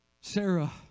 Sarah